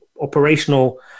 operational